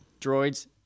Droids